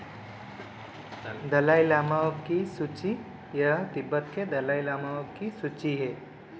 दलाई लामाओं की सूची यह तिब्बत के दलाई लामाओं की सूची हैं